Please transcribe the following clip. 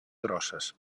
grosses